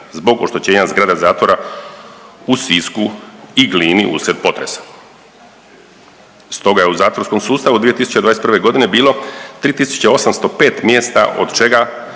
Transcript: zbog oštećenja zgrade zatvora u Sisku i Glini uslijed potresa. Stoga je u zatvorskom sustavu 2021. godine bilo 2805 mjesta od čega